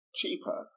cheaper